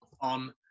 on